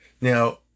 Now